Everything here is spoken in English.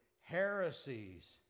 heresies